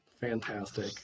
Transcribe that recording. Fantastic